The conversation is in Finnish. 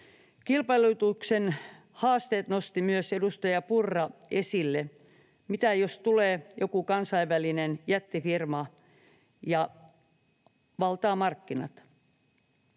Kilpailutuksen haasteet nosti esille myös edustaja Purra. Mitä jos tulee joku kansainvälinen jättifirma ja valtaa markkinat?